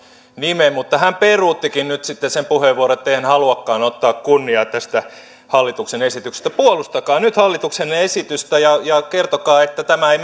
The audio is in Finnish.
nimen mutta hän peruuttikin nyt sitten sen puheenvuoron ei hän haluakaan ottaa kunniaa tästä hallituksen esityksestä puolustakaa nyt hallituksenne esitystä ja ja kertokaa että tämä ei